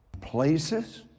Places